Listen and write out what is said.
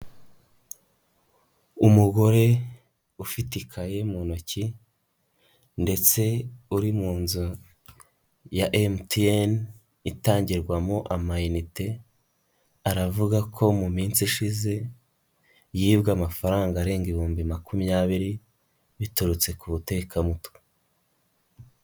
Umugore u ufite ikaye mu ntoki ndetse uri mu nzu ya MTN itangirwamo amayniite, aravuga ko mu minsi ishize, yibwe amafaranga arenga ibihumbi makumyabiri, biturutse ku butekamutwe.